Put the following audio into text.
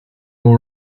all